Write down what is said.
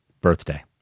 birthday